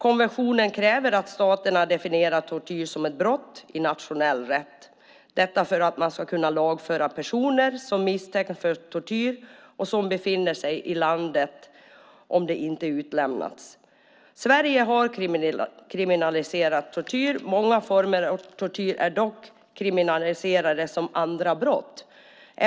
Konventionen kräver att staterna definierar tortyr som ett brott i nationell rätt - detta för att man ska kunna lagföra personer som misstänks för tortyr och som befinner sig i landet, om de inte utlämnas. Sverige har inte kriminaliserat tortyr. Många former av tortyr är dock kriminaliserade som andra brott.